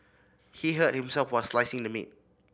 he hurt himself while slicing the meat